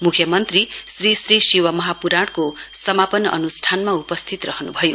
म्ख्यमन्त्री श्री शिव महाप्राणको समापन अन्ष्ठानमा उपस्थित रहन्भयो